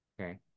Okay